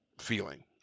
feeling